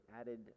added